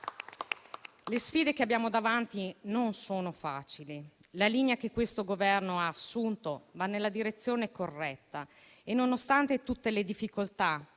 le sfide che abbiamo davanti non sono facili, la linea che questo Governo ha assunto va nella direzione corretta e, nonostante tutte le difficoltà